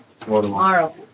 tomorrow